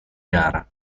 gara